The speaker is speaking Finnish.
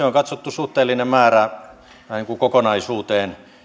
on katsottu suhteellinen määrä kokonaisuuteen